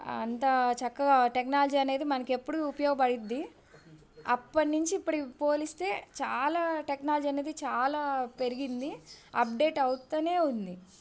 అంత చక్కగా టెక్నాలజీ అనేది మనకు ఎప్పుడు ఉపయోగపడుద్ది అప్పటి నుంచి ఇప్పటికి పోలిస్తే చాలా టెక్నాలజీ అనేది చాలా పెరిగింది అప్డేట్ అవుతు ఉంది